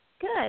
Good